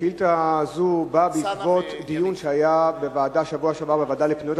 שאילתא זו באה בעקבות דיון שהיה בשבוע שעבר בוועדה לפניות הציבור,